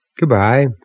Goodbye